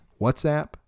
WhatsApp